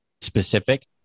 specific